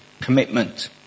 commitment